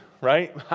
Right